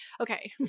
okay